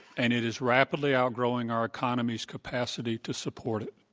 and it is rapidly outgrowing our economy's capacity to support it.